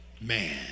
man